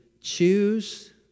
choose